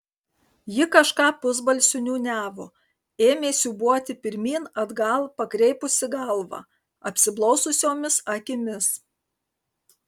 ji kažką pusbalsiu niūniavo ėmė siūbuoti pirmyn atgal pakreipusi galvą apsiblaususiomis akimis